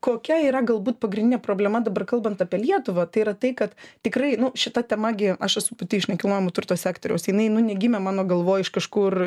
kokia yra galbūt pagrindinė problema dabar kalbant apie lietuvą tai yra tai kad tikrai šita tema gi aš esu pati iš nekilnojamo turto sektoriaus jinai nu negimė mano galvoj iš kažkur